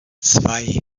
zwei